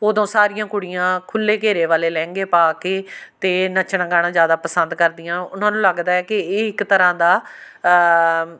ਉਦੋਂ ਸਾਰੀਆਂ ਕੁੜੀਆਂ ਖੁੱਲ੍ਹੇ ਘੇਰੇ ਵਾਲੇ ਲਹਿੰਗੇ ਪਾ ਕੇ ਅਤੇ ਨੱਚਣਾ ਗਾਣਾ ਜ਼ਿਆਦਾ ਪਸੰਦ ਕਰਦੀਆਂ ਉਹਨਾਂ ਨੂੰ ਲੱਗਦਾ ਏ ਕਿ ਇਹ ਇੱਕ ਤਰ੍ਹਾਂ ਦਾ